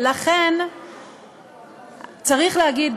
צריך להגיד,